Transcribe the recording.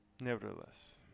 Nevertheless